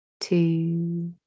two